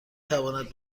تواند